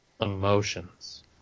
Emotions